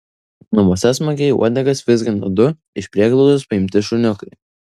namuose smagiai uodegas vizgina du iš prieglaudos paimti šuniukai